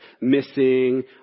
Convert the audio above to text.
missing